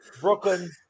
Brooklyn